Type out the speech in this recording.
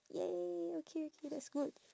!yay! okay okay that's good